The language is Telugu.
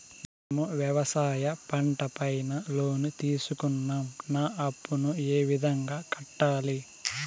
మేము వ్యవసాయ పంట పైన లోను తీసుకున్నాం నా అప్పును ఏ విధంగా కట్టాలి